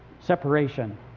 Separation